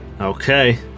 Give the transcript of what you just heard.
Okay